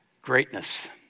greatness